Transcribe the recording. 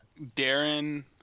Darren